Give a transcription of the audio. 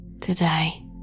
today